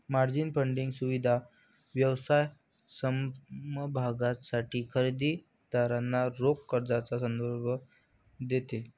margin funding सुविधा व्यवसाय समभागांसाठी खरेदी दारांना रोख कर्जाचा संदर्भ देते